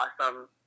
awesome